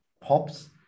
pops